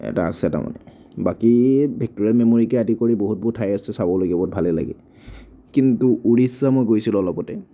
এটা আছে তাৰমানে বাকী ভিক্ট'ৰিয়া মে'মৰীয়েলকে আদি কৰি বহুত বহুত ঠাই আছে চাবলগীয়া বহুত ভালেই লাগে কিন্তু উৰিষ্যা মই গৈছিলোঁ অলপতে